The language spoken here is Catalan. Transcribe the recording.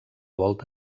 volta